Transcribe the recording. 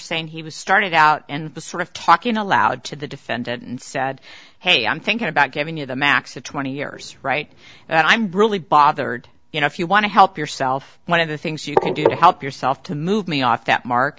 saying he was started out in a sort of talking aloud to the defendant and said hey i'm thinking about giving you the max of twenty years right now and i'm really bothered you know if you want to help yourself one of the things you can do to help yourself to move me off that mark